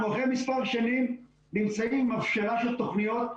אנחנו אחרי מספר שנים נמצאים בהפשרה של תוכניות,